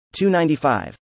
295